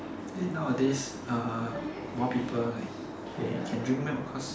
think nowadays more people like they can drink milk cause